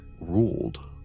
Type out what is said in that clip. ruled